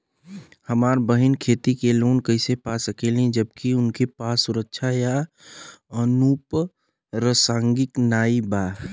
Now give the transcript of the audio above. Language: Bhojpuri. हमार बहिन खेती के लोन कईसे पा सकेली जबकि उनके पास सुरक्षा या अनुपरसांगिक नाई बा?